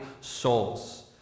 souls